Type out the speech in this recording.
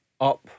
up